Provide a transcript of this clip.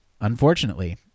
unfortunately